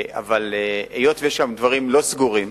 אבל היות שיש שם דברים לא סגורים,